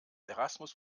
erasmus